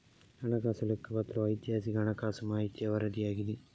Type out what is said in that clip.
ಹಣಕಾಸು ಲೆಕ್ಕಪತ್ರವು ಐತಿಹಾಸಿಕ ಹಣಕಾಸು ಮಾಹಿತಿಯ ವರದಿಯಾಗಿದೆ